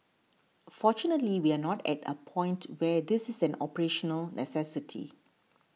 fortunately we are not at a point where this is an operational necessity